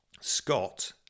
Scott